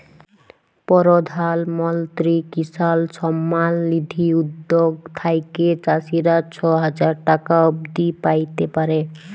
পরধাল মলত্রি কিসাল সম্মাল লিধি উদ্যগ থ্যাইকে চাষীরা ছ হাজার টাকা অব্দি প্যাইতে পারে